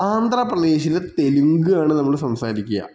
ആന്ധ്രാപ്രദേശിൽ തെലുങ്കാണ് നമ്മൾ സംസാരിക്കുക